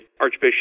Archbishop